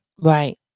right